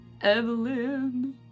Evelyn